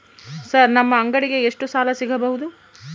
Sir ನಮ್ಮ ಅಂಗಡಿಗೆ ಎಷ್ಟು ಸಾಲ ಸಿಗಬಹುದು?